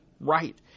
right